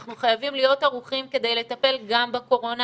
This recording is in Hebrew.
אנחנו חייבים להיות ערוכים כדי לטפל גם בקורונה